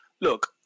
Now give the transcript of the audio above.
Look